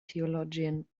theologian